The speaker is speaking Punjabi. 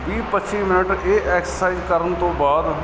ਵੀਹ ਪੱਚੀ ਮਿੰਟ ਇਹ ਐਕਸਰਸਾਈ ਕਰਨ ਤੋਂ ਬਾਅਦ